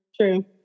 True